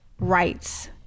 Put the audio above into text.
rights